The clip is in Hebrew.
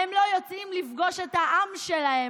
הם לא יוצאים לפגוש את העם שלהם,